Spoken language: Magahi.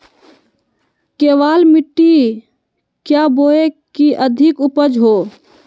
केबाल मिट्टी क्या बोए की अधिक उपज हो?